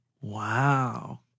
Wow